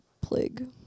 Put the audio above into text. plague